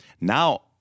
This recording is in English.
now